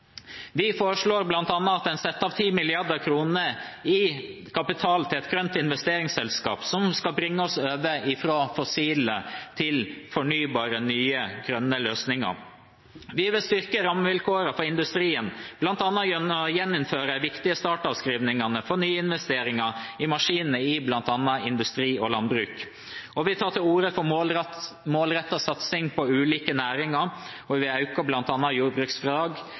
Vi foreslår bl.a. at en setter av 10 mrd. kr i kapital til et grønt investeringsselskap som skal bringe oss over fra fossile til fornybare, nye og grønne løsninger. Vi vil styrke rammevilkårene for industrien, bl.a. gjennom å gjeninnføre de viktige startavskrivningene for nyinvesteringer i maskinene i bl.a. industri og landbruk. Vi tar til orde for målrettet satsing på ulike næringer, og